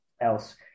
else